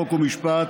חוק ומשפט